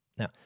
Now